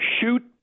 Shoot